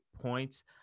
points